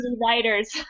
writers